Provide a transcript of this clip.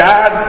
God